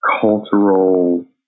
cultural